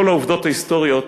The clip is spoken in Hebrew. כל העובדות ההיסטוריות